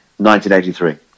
1983